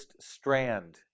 strand